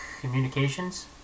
Communications